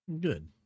Good